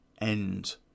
end